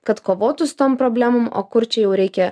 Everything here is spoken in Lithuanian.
kad kovotų su tom problemom o kur čia jau reikia